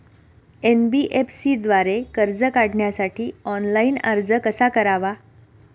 NBFC द्वारे कर्ज काढण्यासाठी ऑनलाइन अर्ज कसा करावा?